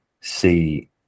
see